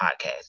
podcast